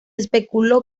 especuló